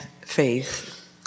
faith